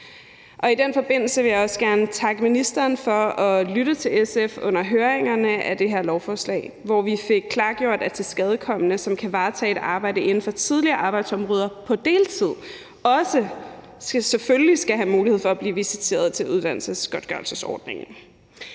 I den forbindelse vil jeg også gerne takke ministeren for at lytte til SF under høringerne i forbindelse med det her lovforslag, hvor vi fik klargjort, at tilskadekomne, som kan varetage et arbejde inden for tidligere arbejdsområder på deltid, selvfølgelig også skal have mulighed for at blive visiteret til uddannelsesgodtgørelsesordningen.